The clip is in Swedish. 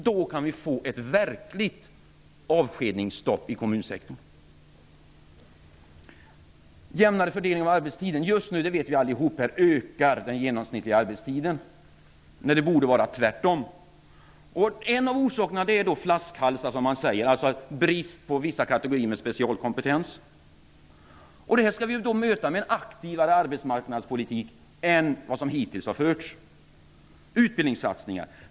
Då kan vi få ett verkligt avskedningsstopp i kommunsektorn. Så till frågan om jämnare fördelning av arbetstiden. Just nu ökar den genomsnittliga arbetstiden - det vet vi allihop. Men det borde vara tvärtom! En av orsakerna till ökningen är s.k. flaskhalsar. Det finns brist på vissa kategorier med specialkompetens. Detta skall vi möta med en arbetsmarknadspolitik som är aktivare än den som hittills har förts, och med utbildningssatsningar.